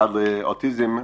במיוחד לאוטיזם.